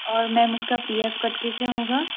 और मैम उसका P F cut के क्या होगा